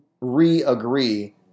re-agree –